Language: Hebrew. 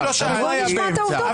אני לא שאלתי --- בואו נשמע את העובדות,